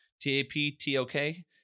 T-A-P-T-O-K